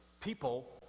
people